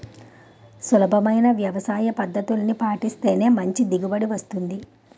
సులభమైన వ్యవసాయపద్దతుల్ని పాటిస్తేనే మంచి దిగుబడి వస్తుంది